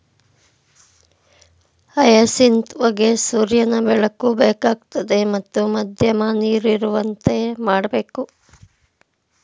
hyacinth ಹೂಗೆ ಸೂರ್ಯನ ಬೆಳಕು ಬೇಕಾಗ್ತದೆ ಮತ್ತು ಮಧ್ಯಮ ನೀರಿರುವಂತೆ ಮಾಡ್ಬೇಕು